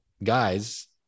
guys